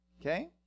Okay